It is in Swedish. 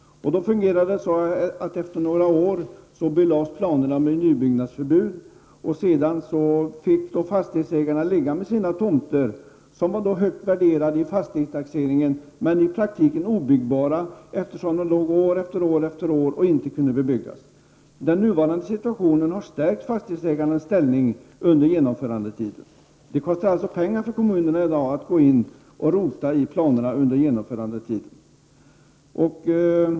Det fungerade så att planerna belades med nybyggnadsförbud efter några år. Det betydde att fastighetsägarna hade i princip obyggbara tomter, vilka var högt värderade i fastighetstaxeringen. År efter år gick utan att tomterna kunde bebyggas. Som det nu fungerar har fastighetsägarnas ställning stärkts under genomförandetiden. I dag kostar det alltså pengar för kommunerna att rota i planerna under genomförandetiden.